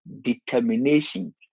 determination